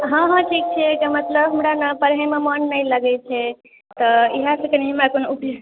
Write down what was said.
हँ हँ ठीक छियै कहै कऽ मतलब हमरा ने पढ़ैमे मन नहि लगैत छै तऽ इहेसँ कनि हमरा कोनो उप